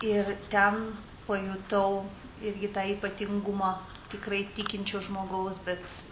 ir ten pajutau irgi tą ypatingumą tikrai tikinčio žmogaus bet